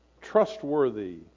trustworthy